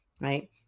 right